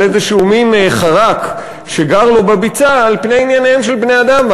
איזשהו מין חרק שגר לו בביצה על פני ענייניהם של בני-אדם,